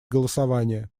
голосования